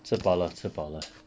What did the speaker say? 吃饱了吃饱了